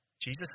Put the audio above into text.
Jesus